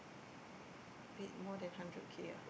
paid more than hundred K ah